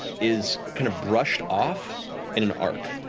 is kind of brushed off in an arc,